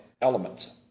elements